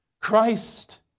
Christ